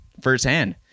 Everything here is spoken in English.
firsthand